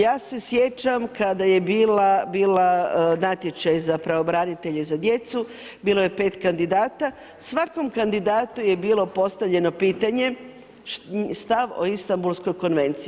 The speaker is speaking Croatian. Ja se sjećam kada je bilo natječaj za pravobranitelje za djecu, bilo je 5 kandidata, svako kandidatu je bilo postavljeno pitanje stav o Istanbulskoj konvenciji.